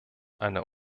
eine